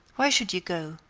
why should you go?